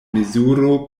mezuro